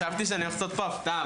חשבתי שאני הולך לעשות פה הפתעה,